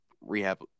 rehab